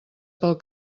pel